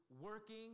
working